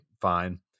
fine